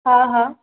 हा हा